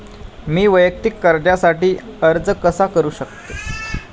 मी वैयक्तिक कर्जासाठी अर्ज कसा करु शकते?